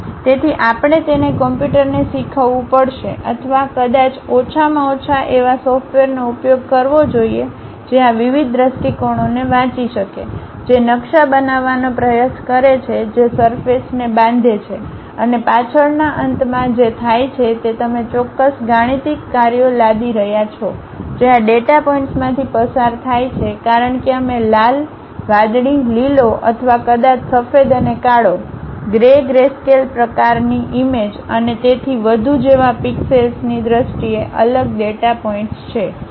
તેથી આપણે તેને કમ્પ્યુટરને શીખવવું પડશે અથવા કદાચ ઓછામાં ઓછા એવા સોફ્ટવેરનો ઉપયોગ કરવો જોઈએ જે આ વિવિધ દ્રષ્ટિકોણોને વાંચી શકે જે નકશા બનાવવાનો પ્રયાસ કરે છે જે સરફેસ ને બાંધે છે અને પાછળના અંતમાં જે થાય છે તે તમે ચોક્કસ ગાણિતિક કાર્યો લાદી રહ્યા છો જે આ ડેટા પોઇન્ટ્સમાંથી પસાર થાય છે કારણ કે અમે લાલ વાદળી લીલો અથવા કદાચ સફેદ અને કાળો ગ્રે ગ્રેસ્કેલ પ્રકારની ઈમેજ અને તેથી વધુ જેવા પિક્સેલ્સની દ્રષ્ટિએ અલગ ડેટા પોઇન્ટ્સ છે